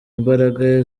imbaraga